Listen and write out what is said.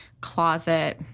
closet